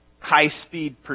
high-speed